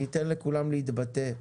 אני אתן לכולם להתייחס.